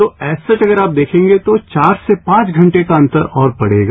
तो ऐसे अगर आप देखंगे तो चार से पांच घंटे का अंतर और पड़ेगा